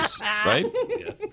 right